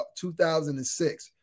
2006